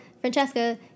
Francesca